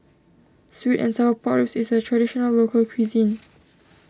Sweet and Sour Pork Ribs is a Traditional Local Cuisine